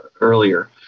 earlier